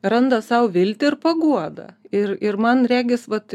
randa sau viltį ir paguodą ir ir man regis vat